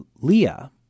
Leah